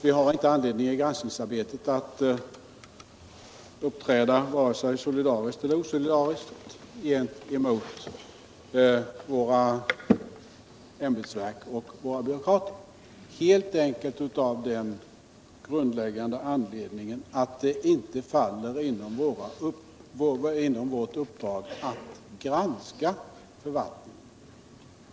I samband med granskningsarbetet har vi inte anledning att uppträda vare sig solidariskt eller osolidariskt gentemot våra ämbetsverk och våra byråkrater helt enkelt av den grundläggande anledningen att det inte faller inom vårt uppdrag att granska förvaltningen.